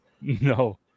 No